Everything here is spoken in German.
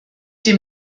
dem